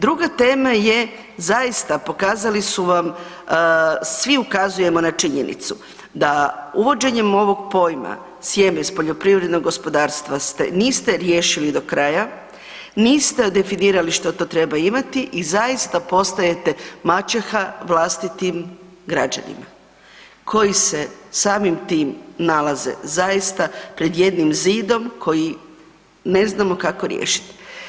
Druga tema je zaista pokazali su vam, svi ukazujemo na činjenicu da uvođenjem ovog pojma „sjeme s poljoprivrednog gospodarstva“ ste, niste riješili do kraja, niste definirali što to treba imati i zaista postajete maćeha vlastitim građanima koji se samim tim nalaze zaista pred jednim zidom koji ne znamo kako riješit.